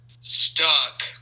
stuck